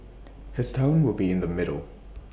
his tone will be in the middle